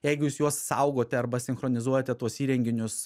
jeigu jūs juos saugote arba sinchronizuojate tuos įrenginius